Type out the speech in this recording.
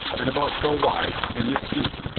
and about so wide, and this deep.